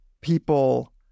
people